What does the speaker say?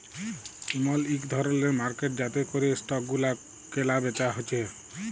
ইমল ইক ধরলের মার্কেট যাতে ক্যরে স্টক গুলা ক্যালা বেচা হচ্যে